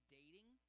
dating